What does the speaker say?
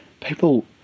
people